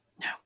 No